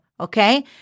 okay